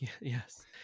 yes